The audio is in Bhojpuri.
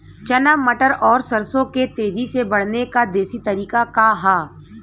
चना मटर और सरसों के तेजी से बढ़ने क देशी तरीका का ह?